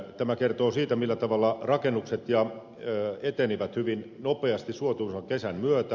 tämä kertoo siitä millä tavalla rakentaminen eteni hyvin nopeasti suotuisan kesän myötä